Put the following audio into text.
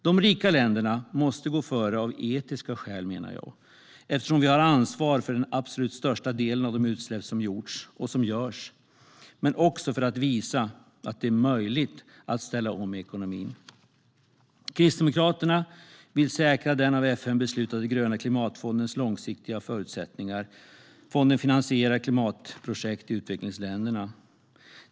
De rika länderna måste gå före av etiska skäl, menar jag, eftersom vi har ansvar för den absolut största delen av de utsläpp som gjorts och som görs men också för att visa att det är möjligt att ställa om ekonomin. Kristdemokraterna vill säkra den av FN beslutade Gröna Klimatfondens långsiktiga förutsättningar. Fonden finansierar klimatprojekt i utvecklingsländerna.